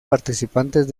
participantes